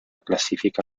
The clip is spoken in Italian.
classifica